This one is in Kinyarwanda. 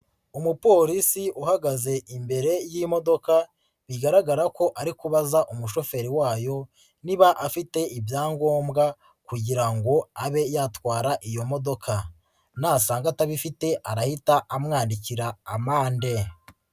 Umupolisi uhagaze imbere y'imodoka bigaragara ko ari kubaza umushoferi wayo niba afite ibyangombwa kugira ngo abe yatwara iyo modoka nasanga atabifite arahita amwandikira amande.